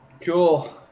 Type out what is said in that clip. cool